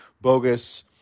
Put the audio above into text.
bogus